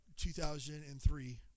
2003